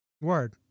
Word